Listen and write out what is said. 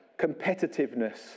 Competitiveness